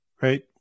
Right